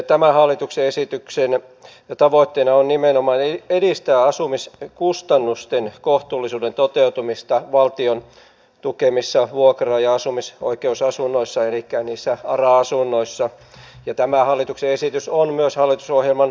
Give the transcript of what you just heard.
tämän hallituksen esityksen tavoitteena on nimenomaan edistää asumiskustannusten kohtuullisuuden toteutumista valtion tukemissa vuokra ja asumisoikeusasunnoissa elikkä ara asunnoissa ja tämä hallituksen esitys on myös hallitusohjelman mukainen